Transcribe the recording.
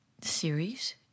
series